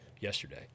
yesterday